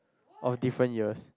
of different years